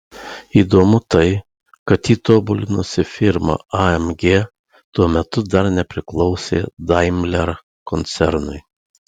įdomu tai kad jį tobulinusi firma amg tuo metu dar nepriklausė daimler koncernui